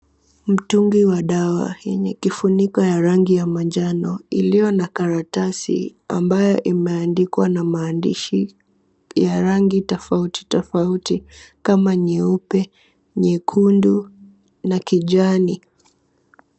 Mtungi wa dawa, yenye kifuniko ya rangi ya manjano. Iliyo na karatasi ambayo imeandikwa na maandishi ya rangi tofauti tofauti, kama nyeupe, nyekundu, na kijani.